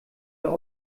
der